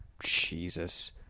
jesus